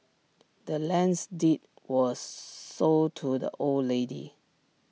the land's deed was sold to the old lady